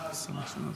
אתה יודע שיש לי חולשה.